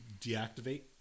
deactivate